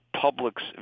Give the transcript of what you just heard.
public's